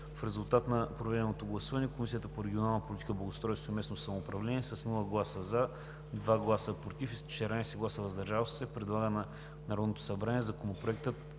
В резултат на проведеното гласуване Комисията по регионална политика, благоустройство и местно самоуправление: - без „за“, 2 гласа „против“ и 14 гласа „въздържал се“ предлага на Народното събрание Законопроект